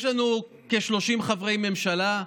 יש לנו כ-30 חברי ממשלה,